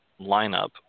lineup